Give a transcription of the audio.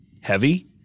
heavy